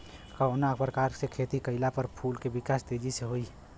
कवना प्रकार से खेती कइला पर फूल के विकास तेजी से होयी?